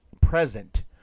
present